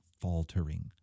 faltering